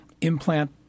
implant